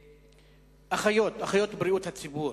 אחיות, אחיות בריאות הציבור,